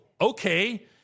okay